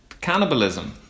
Cannibalism